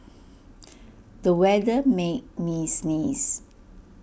the weather made me sneeze